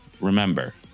remember